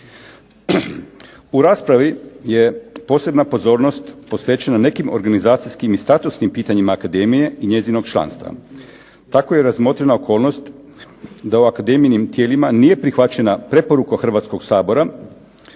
U raspravi je posebna pozornost posvećena nekim organizacijskim i statusnim pitanjima akademije i njezinog članstva. Tako je razmotrena okolnost da u akademijinim tijelima nije prihvaćena preporuka Hrvatskog sabora,